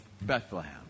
Bethlehem